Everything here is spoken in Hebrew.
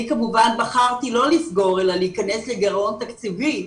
אני כמובן בחרתי לא לסגור אלא להכנס לגרעון תקציבי,